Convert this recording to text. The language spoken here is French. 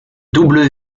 double